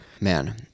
Man